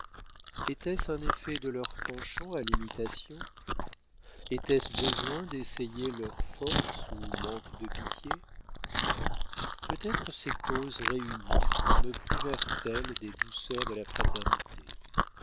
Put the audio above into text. était-ce un effet de leur penchant à l'imitation était-ce besoin d'essayer leurs forces ou manque de pitié peut-être ces causes réunies me privèrent elles des douceurs de la fraternité